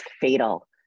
fatal